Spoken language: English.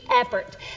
effort